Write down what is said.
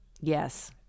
Yes